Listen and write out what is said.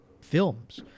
films